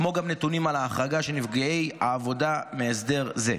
כמו גם נתונים על ההחרגה של נפגעי העבודה מהסדר זה.